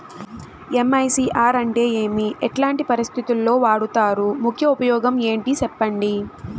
MICR అంటే ఏమి? ఎట్లాంటి పరిస్థితుల్లో వాడుతారు? ముఖ్య ఉపయోగం ఏంటి సెప్పండి?